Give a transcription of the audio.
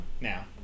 Now